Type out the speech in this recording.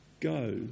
go